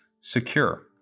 secure